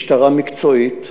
משטרה מקצועית.